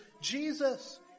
Jesus